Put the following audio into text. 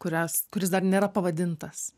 kurias kuris dar nėra pavadintas